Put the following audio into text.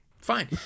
fine